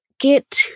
get